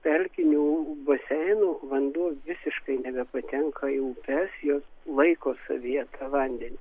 pelkinių baseinų vanduo visiškai nebepatenka į upes jos laiko savyje tą vandenį